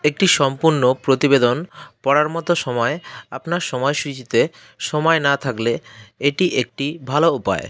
একটি সম্পূর্ণ প্রতিবেদন পড়ার মতো সময় আপনার সমায় সূচীতে সময় না থাকলে এটি একটি ভালো উপায়